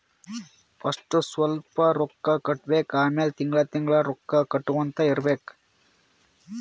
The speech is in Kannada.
ಫಸ್ಟ್ ಸ್ವಲ್ಪ್ ರೊಕ್ಕಾ ಕಟ್ಟಬೇಕ್ ಆಮ್ಯಾಲ ತಿಂಗಳಾ ತಿಂಗಳಾ ರೊಕ್ಕಾ ಕಟ್ಟಗೊತ್ತಾ ಇರ್ಬೇಕ್